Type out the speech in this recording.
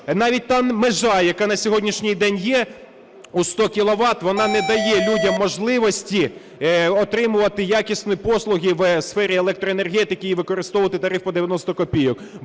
навіть та межа, яка на сьогоднішній день є, у 100 кіловат, вона не дає людям можливості отримувати якісні послуги в сфері електроенергетики і використовувати тариф по 90 копійок.